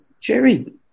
Jerry